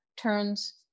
turns